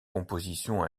compositions